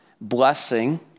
blessing